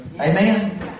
Amen